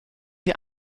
die